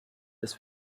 ist